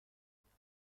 جانور